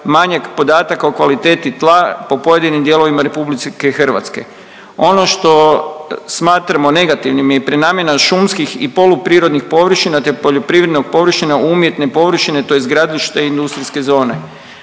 manjak podataka o kvaliteti tla po pojedinim dijelovima RH. Ono što smatramo negativnim je i prenamjena šumskih i poluprirodnih površina te poljoprivrednih površina u umjetne površine tj. gradilišta i industrijske zone.